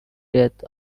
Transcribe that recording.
death